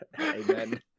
Amen